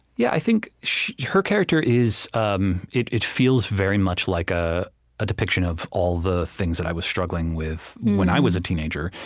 yeah i think her character is um it it feels very much like ah a depiction of all the things that i was struggling with when i was a teenager,